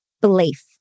belief